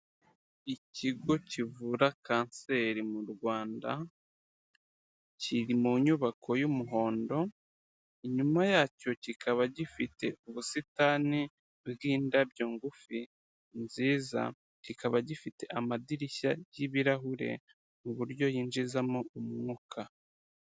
Ikigo kivura kanseri mu Rwanda kiri mu nyubako y'umuhondo, inyuma yacyo kikaba gifite ubusitani bw'indabyo ngufi nziza. Kikaba gifite amadirishya y'ibirahure ku buryo yinjizamo umwuka.